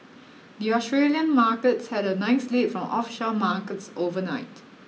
the Australian markets had a nice lead from offshore markets overnight